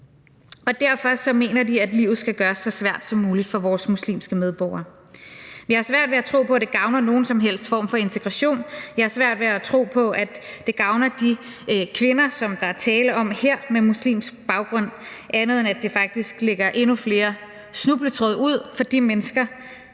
Derfor mener de, at livet skal gøres så svært som muligt for vores muslimske medborgere. Men jeg har svært ved at tro på, at det gavner nogen som helst form for integration, jeg har svært ved at tro på, at det gavner de kvinder, der er tale om her, med muslimsk baggrund, andet end at det faktisk lægger endnu flere snubletråde ud for de mennesker,